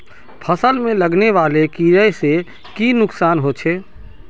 फसल में लगने वाले कीड़े से की नुकसान होचे?